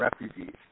refugees